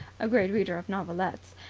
a great reader of novelettes,